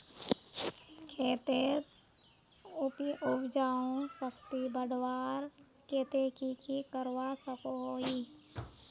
खेतेर उपजाऊ शक्ति बढ़वार केते की की करवा सकोहो ही?